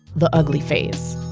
the ugly phase